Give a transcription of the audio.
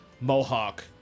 mohawk